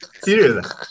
Serious